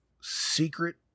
secret